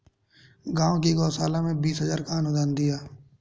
गांव की गौशाला में बीस हजार का अनुदान दिया